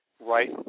Right